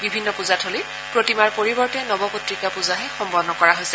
বিভিন্ন পূজাথলীত প্ৰতিমাৰ পৰিৱৰ্তে নৱপত্ৰিকা পূজাহে সম্পন্ন কৰা হৈছে